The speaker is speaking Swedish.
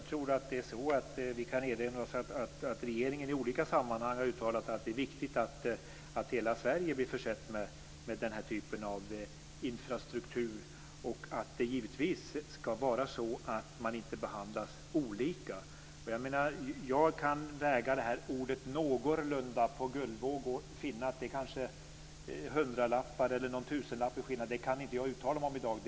Fru talman! Jag tror att vi kan erinra oss att regeringen i olika sammanhang har uttalat att det är viktigt att hela Sverige blir försett med den här typen av infrastruktur och att man givetvis inte skall behandlas olika. Jag kan väga ordet någorlunda på guldvåg och finna att det kanske är hundralappar eller någon tusenlapp i skillnad. Det kan jag inte uttala mig om i dag.